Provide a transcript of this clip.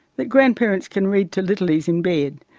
that grandparents can read to littlies in bed,